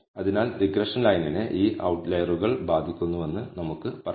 അതിനാൽ റിഗ്രഷൻ ലൈനിനെ ഈ ഔട്ട്ലറുകൾ ബാധിക്കുന്നുവെന്ന് നമുക്ക് പറയാം